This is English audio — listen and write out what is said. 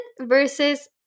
versus